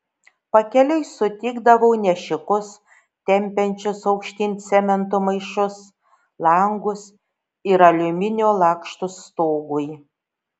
pakeliui sutikdavau nešikus tempiančius aukštyn cemento maišus langus ir aliuminio lakštus stogui